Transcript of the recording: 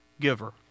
giver